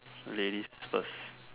ladies first